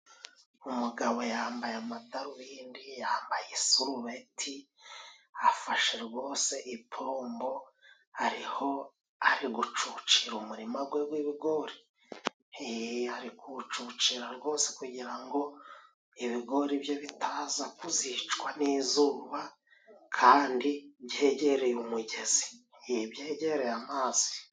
Umugabo yambaye amadarubindi， yambaye isurubeti， afashe rwose ipombo ariho ari gucucira umurima gwe gw'ibigori. Eee ari kuuwucucira rwose kugira ngo ibigori bye bitaza kuzicwa n'izuba kandi byegereye umugezi ii byegereye amazi.